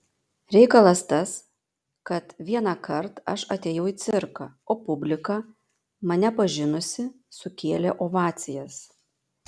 reikalas tas kad vienąkart aš atėjau į cirką o publika mane pažinusi sukėlė ovacijas